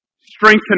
Strengthen